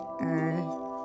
Earth